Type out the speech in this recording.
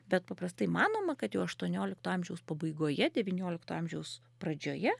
bet paprastai manoma kad jau aštuoniolikto amžiaus pabaigoje devyniolikto amžiaus pradžioje